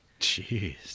jeez